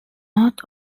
north